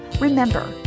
Remember